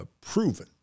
proven